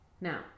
Now